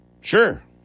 Sure